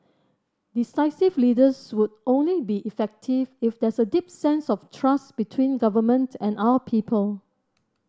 decisive leaders would only be effective if there's a deep sense of trust between government and our people